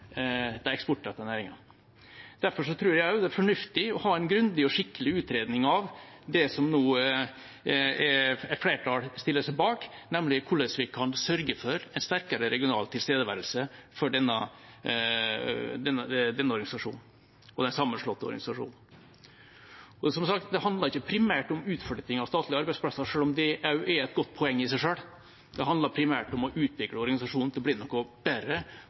Derfor tror jeg også det er fornuftig å ha en grundig og skikkelig utredning av det som et flertall nå stiller seg bak, nemlig hvordan vi kan sørge for en sterkere regional tilstedeværelse for denne sammenslåtte organisasjonen. Som sagt, det handler ikke primært om utflytting av statlige arbeidsplasser, selv om det også er et godt poeng i seg selv. Det handler primært om å utvikle organisasjonen til å bli noe bedre